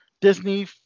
Disney